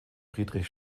friedrich